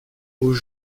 aux